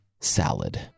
salad